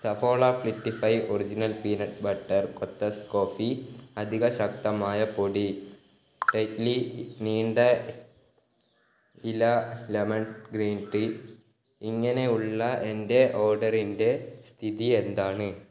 Saffola fittify original peanut butter Kothas coffee അധിക ശക്തമായ പൊടി ടെറ്റ്ലി നീണ്ട ഇല ലെമൺ ഗ്രീൻ ടീ ഇങ്ങനെയുള്ള എന്റെ ഓർഡറിന്റെ സ്ഥിതി എന്താണ്